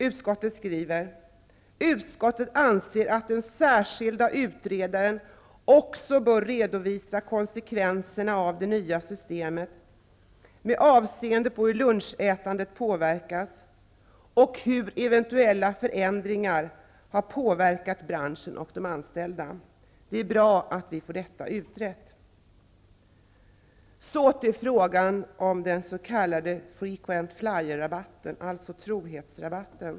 Utskottet anser att den särskilda utredaren också bör redovisa konsekvenserna av det nya systemet med avseende på hur lunchätandet påverkats och hur eventuella förändringar har påverkat branschen och de anställda. Det är bra att vi får detta utrett. Så till frågan om den s.k. frequent flyer-rabatten, dvs. trohetsrabatten.